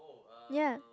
yea